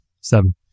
seven